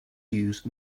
use